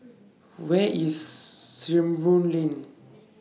Where IS Sarimbun Lane